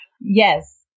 Yes